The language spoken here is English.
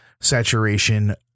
saturation